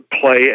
play